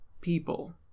people